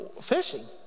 Fishing